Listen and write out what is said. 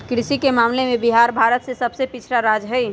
कृषि के मामले में बिहार भारत के सबसे पिछड़ा राज्य हई